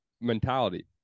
Mentality